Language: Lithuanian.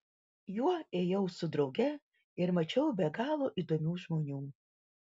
juo ėjau su drauge ir mačiau be galo įdomių žmonių